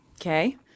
Okay